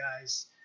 guys